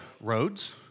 roads